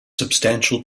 substantial